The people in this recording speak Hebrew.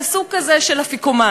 זה סוג כזה של אפיקומן,